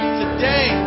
today